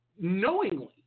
knowingly